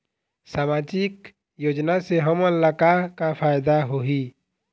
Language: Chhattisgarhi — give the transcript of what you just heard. सामाजिक योजना से हमन ला का का फायदा होही?